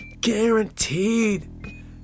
Guaranteed